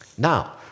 Now